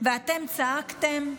ואתם צעקתם: